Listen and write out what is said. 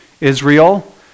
Israel